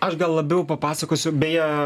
aš gal labiau papasakosiu beje